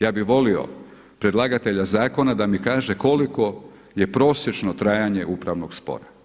Ja bih molio predlagatelja zakona da mi kaže koliko je prosječno trajanje upravnog spora.